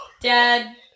Dad